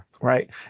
Right